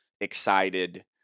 excited